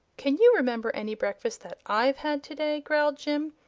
can you remember any breakfast that i've had today? growled jim,